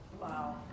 Wow